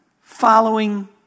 following